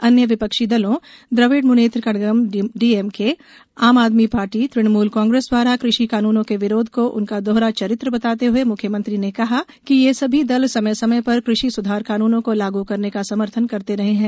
अन्य विपक्षी दलों द्रविड मुनेत्र कडगम डीएमके आम आदमी पार्टी तृणमुल कांग्रेस द्वारा कृषि कानूनों के विरोध को उनका दोहरा चरित्र बताते हुए मुख्यमंत्री ने कहा कि ये सभी दल समय समय पर कृषि सुधार कानूनों को लागू करने का समर्थन करते रहे हैं